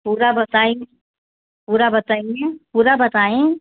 पूरा बताईं पूरा बताइए पूरा बताईं